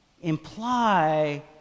imply